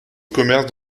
commerce